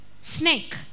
snake